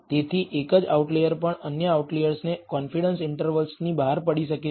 તેથી એક જ આઉટલેયર પણ અન્ય આઉટલિઅર્સને કોન્ફિડન્સ ઈન્ટર્વલની બહાર પડી શકે છે